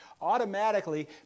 automatically